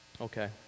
Okay